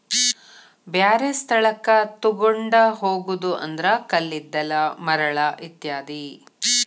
ಬ್ಯಾರೆ ಸ್ಥಳಕ್ಕ ತುಗೊಂಡ ಹೊಗುದು ಅಂದ್ರ ಕಲ್ಲಿದ್ದಲ, ಮರಳ ಇತ್ಯಾದಿ